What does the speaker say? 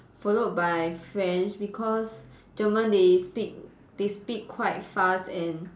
followed by French because German they speak they speak quite fast and